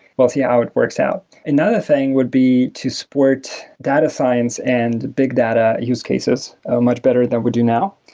we'll see how it works out. another thing would be to support data science and big data use cases much better than we do now.